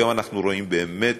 היום אנחנו רואים באמת